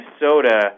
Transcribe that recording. Minnesota